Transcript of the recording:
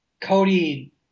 Cody